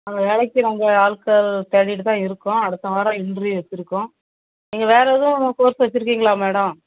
அந்த வேலைக்கு நாங்கள் ஆட்கள் தேடிகிட்டு தான் இருக்கோம் அடுத்த வாரம் இன்ட்ரிவ் வச்சுருக்கோம் நீங்கள் வேறு எதுவும் கோர்ஸ் வச்சுருக்கீங்களா மேடம்